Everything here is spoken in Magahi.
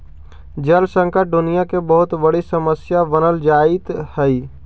जल संकट दुनियां के बहुत बड़ी समस्या बनल जाइत हई